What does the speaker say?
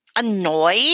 Annoyed